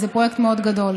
כי זה פרויקט מאוד גדול.